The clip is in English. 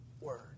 word